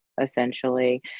essentially